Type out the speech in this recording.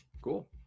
cool